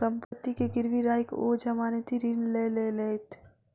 सम्पत्ति के गिरवी राइख ओ जमानती ऋण लय लेलैथ